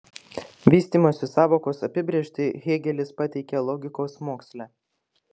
vystymosi sąvokos apibrėžtį hėgelis pateikia logikos moksle